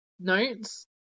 notes